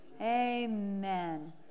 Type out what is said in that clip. amen